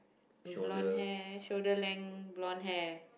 blonde hair shoulder length blonde hair